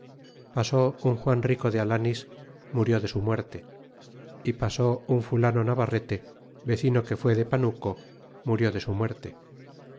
pasó un juan rico de alanis murió de su muerte e pasó un fulano navarrete vecino que fué de panuco murió de su muerte